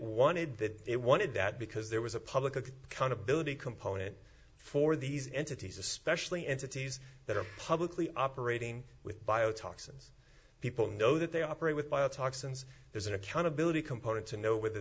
wanted that it wanted that because there was a public accountability component for these entities especially entities that are publicly operating with bio toxins people know that they operate with biotoxins there's an accountability component to know whether